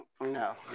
no